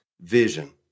Vision